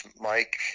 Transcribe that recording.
Mike